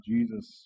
Jesus